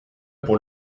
pour